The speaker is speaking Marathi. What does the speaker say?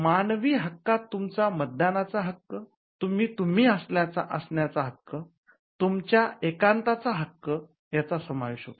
मानवी हक्कात तूमचा मतदानाचा हक्क तुम्ही 'तुम्ही' असण्याचा हक्क तुमच्या एकांताचा हक्क यांचा समावेश होतो